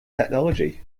technology